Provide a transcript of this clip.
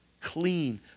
clean